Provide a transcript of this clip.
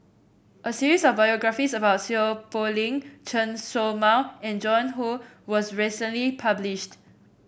a series of biographies about Seow Poh Leng Chen Show Mao and Joan Hon was recently published